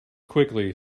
quickly